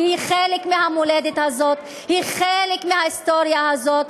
שהיא חלק מהמולדת הזאת, היא חלק מההיסטוריה הזאת,